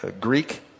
Greek